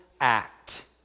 act